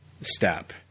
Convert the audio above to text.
step